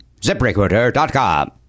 ZipRecruiter.com